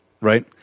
right